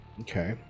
Okay